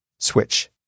Switch